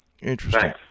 Interesting